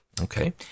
Okay